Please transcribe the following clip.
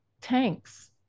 tanks